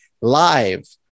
live